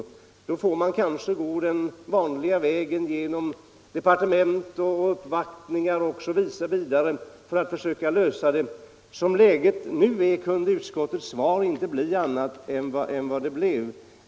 Man får kanske gå den vanliga vägen med uppvaktningar i departement osv. Som läget nu är kunde utskottets svar inte bli annat än vad det blev.